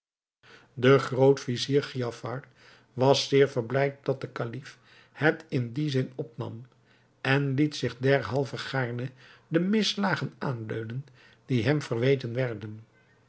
de groot-vizier giafar was zeer verblijd dat de kalif het in dien zin opnam en liet zich derhalve gaarne de misslagen aanleunen die hem verweten werden